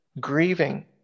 grieving